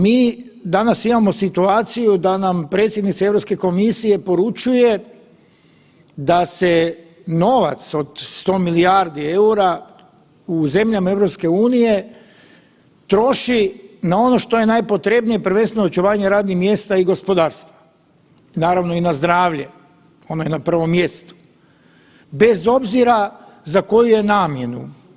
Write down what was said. Mi danas imamo situaciju da nam predsjednica Europske komisije poručuje da se novac od 100 milijardi EUR-a u zemljama EU troši na ono što je najpotrebnije, prvenstveno na očuvanje radnih mjesta i gospodarstva, naravno i na zdravlje, ono je na prvom mjestu, bez obzira za koju je namjenu.